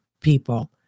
people